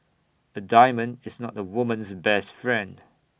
A diamond is not A woman's best friend